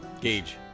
Gage